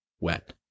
wet